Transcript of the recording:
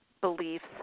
beliefs